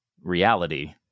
reality